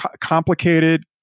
complicated